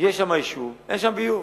יש שם יישוב, אין שם ביוב.